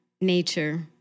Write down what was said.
nature